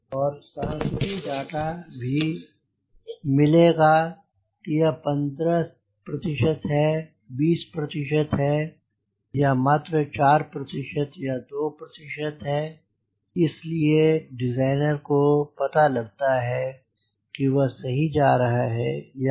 और सांख्यिकी डाटा भी भी मिलेगा कि यह 15 प्रतिशत है 20 प्रतिशत है या मात्र 4 प्रतिशत या 2 प्रतिशत है इस लिए डिज़ाइनर को पता लगता है की वह सही जा रहा है या नहीं